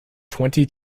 twenty